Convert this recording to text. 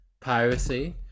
piracy